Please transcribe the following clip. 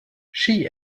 she